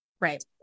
Right